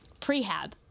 prehab